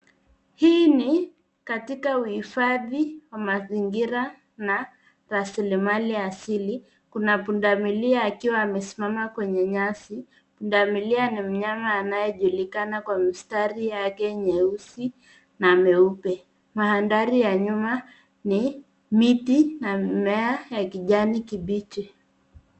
Hii ni katika uhifadhi wa mazingira na raslimali asili kuna pundamilia akiwa amesimama kwenye nyasi. Pundamilia ni mnyama anayejulikana kwa mistari yake nyeusi na nyeupe. Mandhari ya nyuma ni miti na mimea ya kijani kibichi.